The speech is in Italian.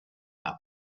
cup